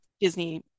Disney